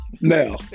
Now